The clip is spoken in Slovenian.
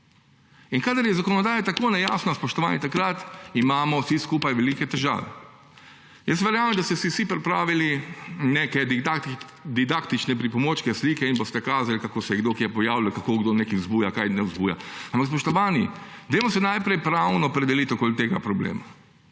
In kadar je zakonodaja tako nejasna, spoštovani, takrat imamo vsi skupaj velike težave. Jaz verjamem, da ste si vsi pripravili neke didaktične pripomočke, slike in boste kazali, kako se je kdo kje pojavil, kako kdo nekaj vzbuja, česa ne vzbuja. Ampak, spoštovani, dajmo se najprej pravno opredeliti glede tega problema.